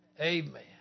Amen